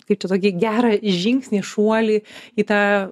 kaip čia tokį gerą žingsnį šuolį į tą